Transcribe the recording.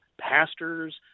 pastors